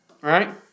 right